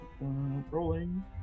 Rolling